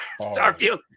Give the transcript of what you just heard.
Starfield